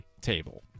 table